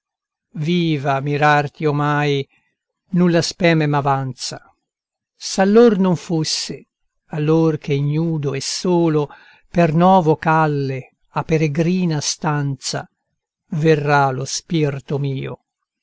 viva mirarti omai nulla spene m'avanza s'allor non fosse allor che ignudo e solo per novo calle a peregrina stanza verrà lo spirto mio